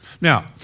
Now